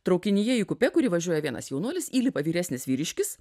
traukinyje į kupė kuri važiuoja vienas jaunuolis įlipa vyresnis vyriškis